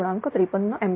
53 ampere